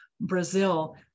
Brazil